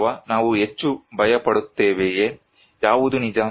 ಅಥವಾ ನಾವು ಹೆಚ್ಚು ಭಯಪಡುತ್ತೇವೆಯೇ ಯಾವುದು ನಿಜ